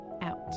out